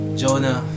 jonah